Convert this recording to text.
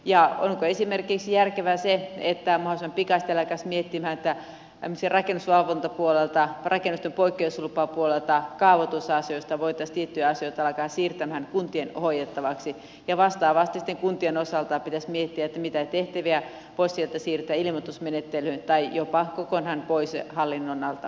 olisiko esimerkiksi järkevää että mahdollisimman pikaisesti esi merkiksi rakennusvalvontapuolelta rakennusten poikkeuslupapuolelta kaavoitusasioista voitaisiin tiettyjä asioita alkaa siirtämään kuntien hoidettavaksi ja vastaavasti sitten kuntien osalta pitäisi miettiä mitä tehtäviä voisi sieltä siirtää ilmoitusmenettelyyn tai jopa kokonaan pois hallinnon alta hoidettavista